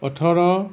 ওঠৰ